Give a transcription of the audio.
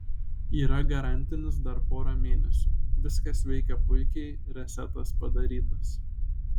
yra garantinis dar pora mėnesių viskas veikia puikiai resetas padarytas